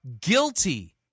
guilty